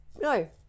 No